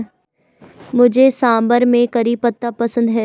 मुझे सांभर में करी पत्ता पसंद है